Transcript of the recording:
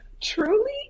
truly